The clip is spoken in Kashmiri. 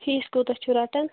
فیٖس کوتاہ چھُو رَٹان